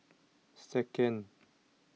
second